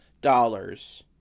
dollars